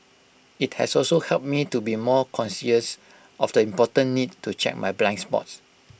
IT has also helped me to be more conscious of the important need to check my blind spots